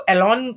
Elon